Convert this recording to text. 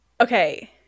okay